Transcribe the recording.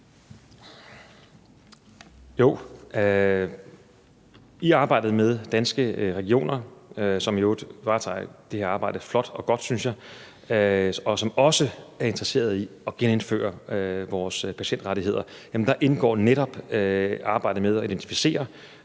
Jo, i arbejdet med Danske Regioner, som i øvrigt varetager det her arbejde flot og godt, synes jeg, og som også er interesseret i at genindføre vores patientrettigheder, indgår netop arbejdet med at inspicere,